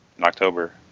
October